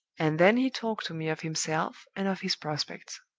and then he talked to me of himself and of his prospects.